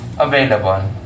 available